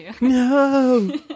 No